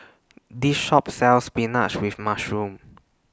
This Shop sells Spinach with Mushroom